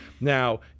Now